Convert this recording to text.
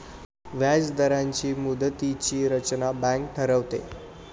व्याजदरांची मुदतीची रचना बँक ठरवते